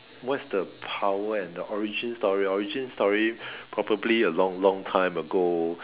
what's the power and the origin story origin story probably a long long time ago